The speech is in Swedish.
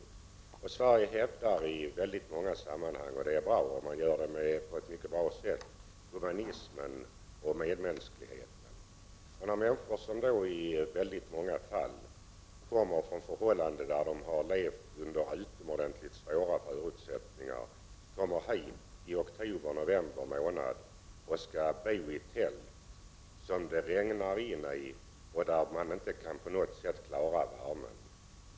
Från svensk sida hävdar man i väldigt många sammanhang — det är bra att man gör det, och man gör det dessutom på ett mycket fint sätt — humanitet och medmänsklighet. I väldigt många fall handlar det ju om människor som har levt under utomordentligt svåra förhållanden och som sedan kommer hit i oktober-november och får bo i tält där det regnar in och där det inte på något sätt finns möjligheter att klara värmen.